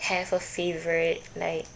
have a favourite like